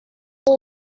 izi